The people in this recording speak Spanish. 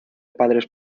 padres